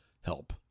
help